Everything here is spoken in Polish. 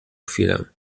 chwilę